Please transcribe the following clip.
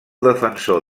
defensor